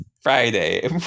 Friday